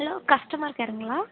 hello customer கேருங்களா